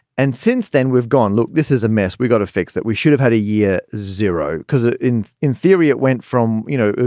and since then we've gone look this is a mess. we've got to fix that. we should have had a year zero because ah in in theory it went from, you know,